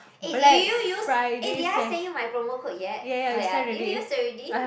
eh did you use eh did I send you my promo code yet oh ya did you use already